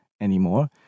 anymore